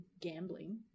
gambling